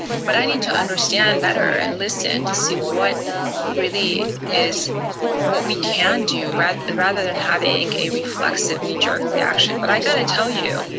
but i need to understand better and listen to see what really is what we can do, rather rather than having a reflexive knee-jerk reaction. but i gotta tell you,